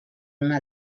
una